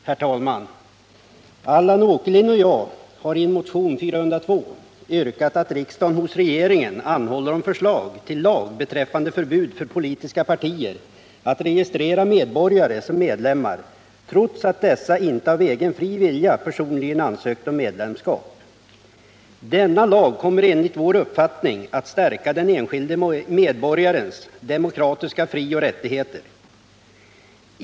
Herr talman! Allan Åkerlind och jag har i motionen 402 yrkat att riksdagen hos regeringen anhåller om förslag till lag beträffande förbud för politiska partier att registrera medborgare som medlemmar, trots att dessa inte av egen fri vilja personligen ansökt om medlemskap. Denna lag kommer enligt vår uppfattning att stärka den enskilde medborgarens demokratiska frioch rättigheter.